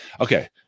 Okay